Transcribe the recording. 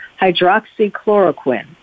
hydroxychloroquine